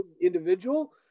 individual